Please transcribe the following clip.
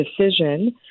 decision